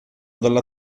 dalla